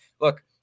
Look